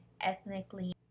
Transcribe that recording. ethnically